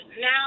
now